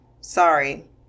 sorry